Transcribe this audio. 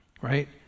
right